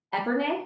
Epernay